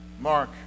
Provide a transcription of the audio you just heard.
Mark